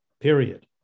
period